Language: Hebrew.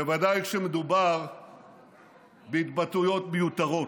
בוודאי כשמדובר בהתבטאויות מיותרות.